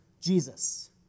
Jesus